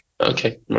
Okay